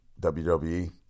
WWE